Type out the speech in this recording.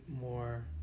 more